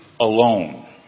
alone